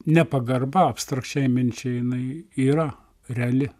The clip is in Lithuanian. nepagarba abstrakčiai minčiai jinai yra reali